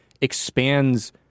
expands